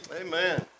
Amen